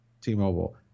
T-Mobile